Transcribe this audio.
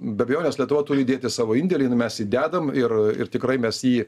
be abejonės lietuva turi įdėti savo indėlį mes jį dedam ir ir tikrai mes jį